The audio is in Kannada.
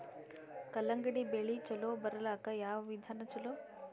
ಕಲ್ಲಂಗಡಿ ಬೆಳಿ ಚಲೋ ಬರಲಾಕ ಯಾವ ವಿಧಾನ ಚಲೋ?